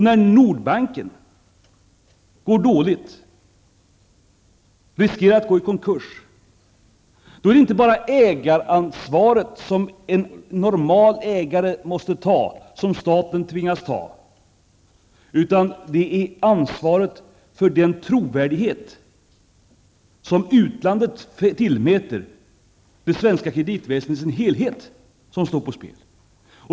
När Nordbanken går dåligt, riskerar att gå i konkurs, är det inte bara det ägaransvar som en normal ägare måste ta som staten tvingas ta, utan det är ansvaret för den trovärdighet som utlandet tillmäter det svenska kreditväsendet i dess helhet som står på spel.